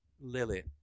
Lily